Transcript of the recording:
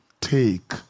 take